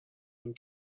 این